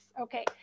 Okay